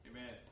Amen